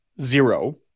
zero